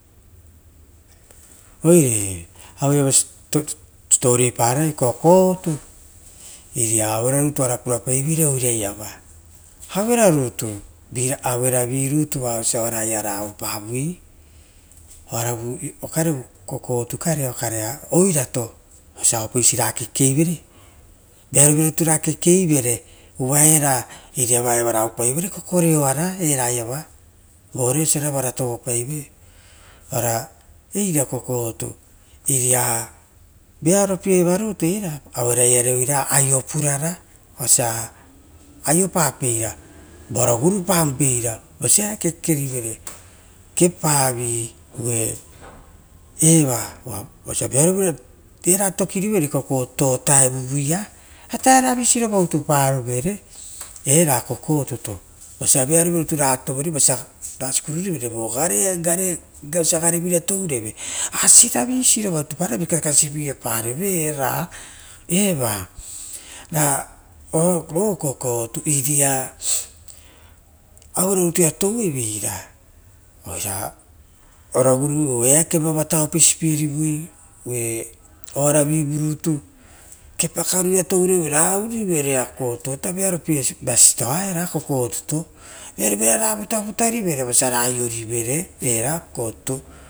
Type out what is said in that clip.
Oire aue ia va siposipo pavoi kokotu iri ia auero rutu pura paivera, aue ra rutu okare vu kokotu kare oira kare vosia apeisi ra kekeivere uva era iraia evara oupai vere oara vu vore osia vara pura paiveira era kokotiu iria vearopieva rutu eiru iria oupaveira auroriare aio purara. Vosia aiopapeira vara gurupapeira vosia eake kekorivere kepavi ra era osia vearovira era tokirivere kokotato uvutavuia ata era visirova atupavoepao era kokotutu vosia vearovira rutu rera tovorivere ra tarai pierivere osia garevira tourevere asi ita era visiroua utu parovere vi kaka sipiepaoro ra eva ra o kokotu ira auero rutu ia toueveira oira oo eake vavata opesipierivoi ue oraravia rutu kepa karu roia toureveira raourivere ra kokoto ata vearo pietoa era kokotuto vearo vira ra vutavutarivere vosa rera aiorivere era kokotato.